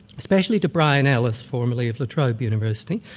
especially to brian ellis, formerly of la trobe university,